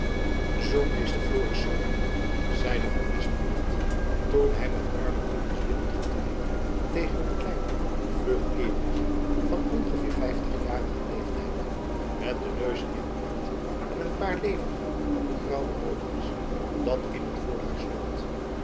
meester florisz zeide van espenblad toen hy met arlington was binnengetreden tegen een klein vlug kaereltjen van ongeveer vijftigjarigen jacob van lennep elizabeth musch leeftijd met den neus in den wind en een paar levendige graauwe oogjens dat in t voorhuis stond